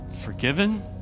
forgiven